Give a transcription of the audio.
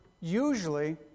usually